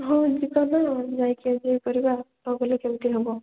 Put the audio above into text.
ହଁ ଯିବା ବା ଯାଇକି ଆଜି ଇଏ କରିବା ନଗଲେ କେମିତି ହବ